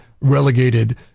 relegated